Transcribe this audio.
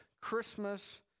Christmas